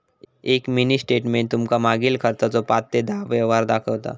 एक mini statement तुमका मागील खर्चाचो पाच ते दहा व्यवहार दाखवता